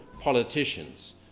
politicians